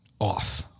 off